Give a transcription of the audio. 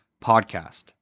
Podcast